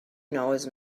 knows